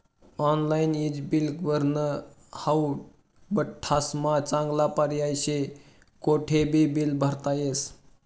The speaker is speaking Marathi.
ऑनलाईन ईज बिल भरनं हाऊ बठ्ठास्मा चांगला पर्याय शे, कोठेबी बील भरता येस